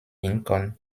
lincoln